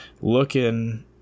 looking